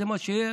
זה מה שיש,